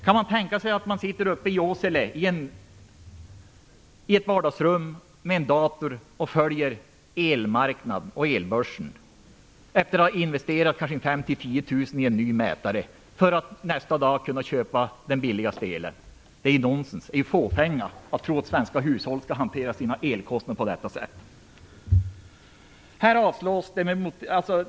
Kan man tänka sig att sitta uppe i Åsele hemma i vardagsrummet framför en dator och där följa elmarknaden och elbörsen efter att först kanske ha investerat 5 000 eller 10 000 kr i en ny mätare för att nästa dag kunna köpa den billigaste elen? Det är nonsens, och det är fåfängligt att tro att svenska hushåll skall hantera sina elkostnader på det sättet.